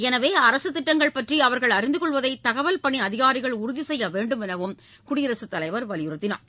எனவே அரசு திட்டங்கள் பற்றி அவர்கள் அறிந்து கொள்வதை தகவல் பணி அதிகாரிகள் உறுதி செய்ய வேண்டும் எனவும் குடியரசுத் தலைவர் வலியுறுத்தினார்